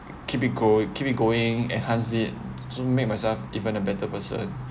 keep it go keep it going enhances it to make myself even a better person